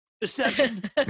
Deception